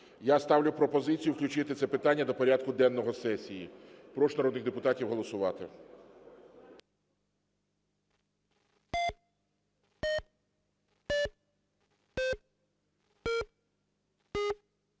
Я ставлю пропозицію включити це питання до порядку денного сесії. Прошу народних депутатів голосувати.